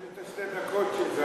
עשר דקות.